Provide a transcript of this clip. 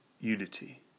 Unity